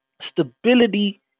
Stability